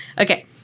Okay